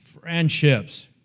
friendships